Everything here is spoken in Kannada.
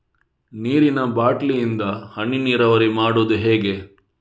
ನೀರಿನಾ ಬಾಟ್ಲಿ ಇಂದ ಹನಿ ನೀರಾವರಿ ಮಾಡುದು ಹೇಗೆ?